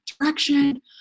direction